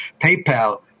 PayPal